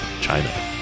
China